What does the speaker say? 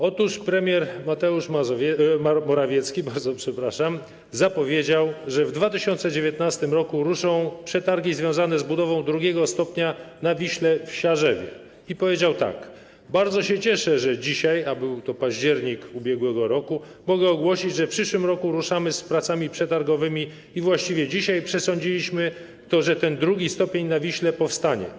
Otóż premier Mateusz Morawiecki zapowiedział, że w 2019 r. ruszą przetargi związane z budową drugiego stopnia na Wiśle w Siarzewie i powiedział tak: Bardzo się cieszę, że dzisiaj - a był to październik ub.r. - mogę ogłosić, że w przyszłym roku ruszamy z pracami przetargowymi i właściwie dzisiaj przesądziliśmy to, że ten drugi stopień na Wiśle powstanie.